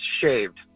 shaved